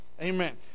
amen